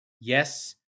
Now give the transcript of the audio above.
Yes